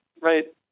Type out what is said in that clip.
right